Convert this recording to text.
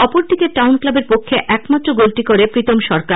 অপরদিকে টাউন ক্লাবের পক্ষে একমাত্র গোলটি করে প্রিতম সরকার